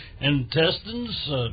intestines